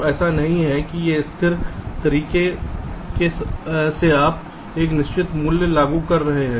तो ऐसा नहीं है कि एक स्थिर तरीके से आप एक निश्चित मूल्य लागू कर रहे हैं